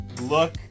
Look